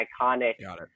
iconic